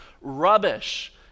rubbish